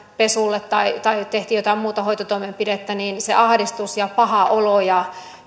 pesulle tai tai tehtiin jotain muuta hoitotoimenpidettä niin se ahdistus ja paha olo ja